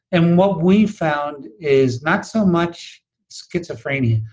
and what we've found is not so much schizophrenia,